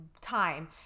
time